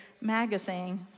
magazine